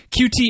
QT